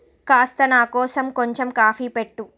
కాస్త నా కోసం కొంచెం కాఫీ పెట్టు